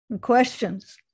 Questions